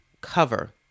Cover